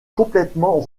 complètement